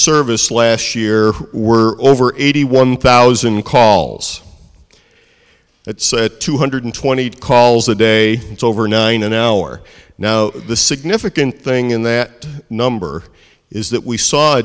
service last year were over eighty one thousand calls it said two hundred twenty eight calls a day it's over nine an hour now the significant thing in that number is that we saw